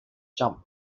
jump